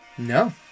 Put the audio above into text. No